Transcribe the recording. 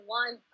one